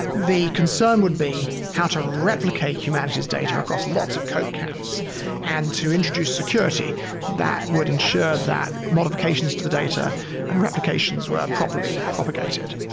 the concern would be how to replicate humanity's data across lots of coke cans and to introduce security that would ensure that modifications to the data and replications were properly propagated,